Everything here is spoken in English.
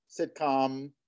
sitcom